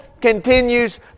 continues